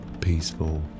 peaceful